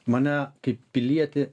mane kaip pilietį